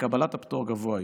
לקבלת הפטור גבוה יותר.